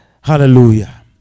Hallelujah